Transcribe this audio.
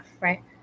right